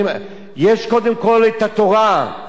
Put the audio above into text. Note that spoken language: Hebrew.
יש קודם כול את התורה,